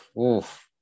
oof